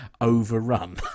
overrun